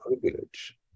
privilege